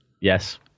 Yes